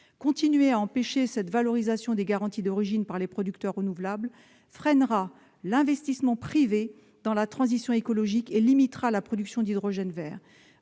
Continuer à empêcher cette valorisation des garanties d'origine par les producteurs d'énergie renouvelable freinera l'investissement privé dans la transition écologique et limitera la production d'hydrogène vert.